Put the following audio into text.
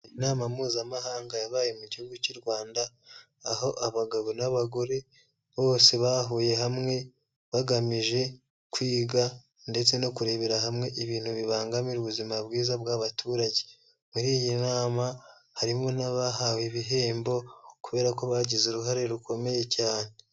Inama Mpuzamahanga yabaye mu gihugu cy'u Rwanda, aho abagabo n'abagore, bose bahuye hamwe, bagamije kwiga ndetse no kurebera hamwe ibintu bibangamira ubuzima bwiza bw'abaturage, muri iyi nama harimo n'abahawe ibihembo kubera ko bagize uruhare rukomeye cyane.